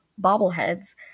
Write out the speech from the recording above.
bobbleheads